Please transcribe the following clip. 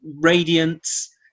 radiance